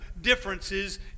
differences